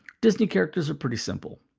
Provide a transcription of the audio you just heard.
disney characters are pretty simple.